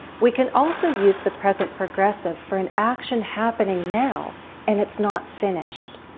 we can also use the present progressive for an action happening now and it's not finished.